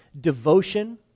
devotion